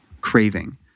craving